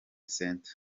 center